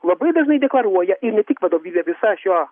labai dažnai deklaruoja ir ne tik vadovybė visa šio